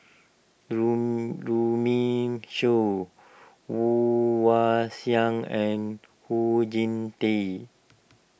Runme Shaw Woon Wah Siang and Oon Jin Teik